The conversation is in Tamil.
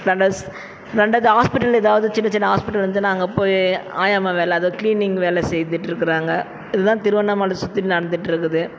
ரெண்டாவது ஹாஸ்பிட்டல் எதாவது சின்ன சின்ன ஹாஸ்பிட்டல் வந்து நாங்கள் போய் ஆயம்மா வேலை அதை கிளீனிங் வேலை செய்துவிட்டு இருக்கிறாங்க இதான் திருவண்ணாமலை சுற்றி நடந்துகிட்டு இருக்குது